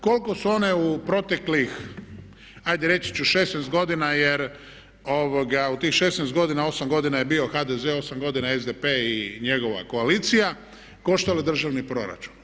Koliko su one u proteklih ajde reći ću 16 godina jer u tih 16 godina 8 godina je bio HDZ, 8 godina je bio SDP i njegova koalicija, koštalo državni proračun.